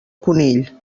conill